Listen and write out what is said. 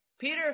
Peter